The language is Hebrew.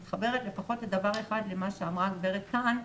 אני מתחברת לפחות לדבר אחד שאמרה הגברת קאופמן.